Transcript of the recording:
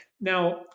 Now